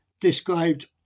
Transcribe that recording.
described